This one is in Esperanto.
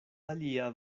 alia